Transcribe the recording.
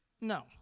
No